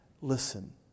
Listen